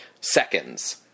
Seconds